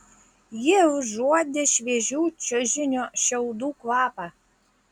ji užuodė šviežių čiužinio šiaudų kvapą